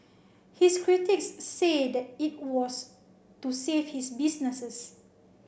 his critics say that it was to save his businesses